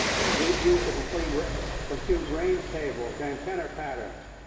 was used to compute range compute range tables and tenor patterns,